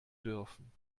dürfen